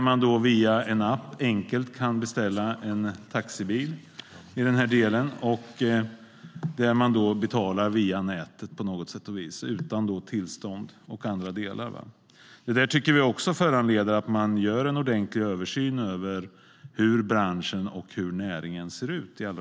Man kan via en app enkelt beställa en taxibil och betala via nätet - utan tillstånd och andra delar. Detta föranleder oss att i allra högsta grad också göra en ordentlig översyn av hur branschen och näringen ser ut.